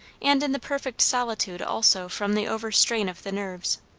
and in the perfect solitude also from the overstrain of the nerves.